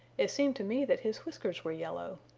it seemed to me that his whiskers were yellow.